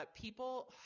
people